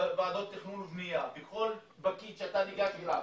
גם בוועדות תכנון ובנייה ושל כל פקיד שאתה ניגש אליו